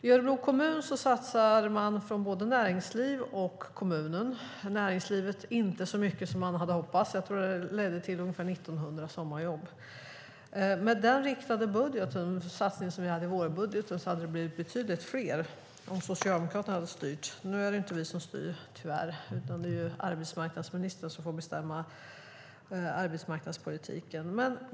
I Örebro kommun satsar både näringslivet och kommunen - näringslivet inte så mycket som man hade hoppats. Jag tror att det ledde till ungefär 1 900 sommarjobb. Med den riktade satsning som vi hade i vårbudgeten hade det blivit betydligt fler, om Socialdemokraterna hade styrt. Nu är det inte vi som styr, tyvärr, utan det är arbetsmarknadsministern som får bestämma arbetsmarknadspolitiken.